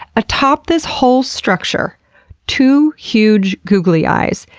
atop this whole structure two huge googly eyes,